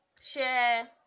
share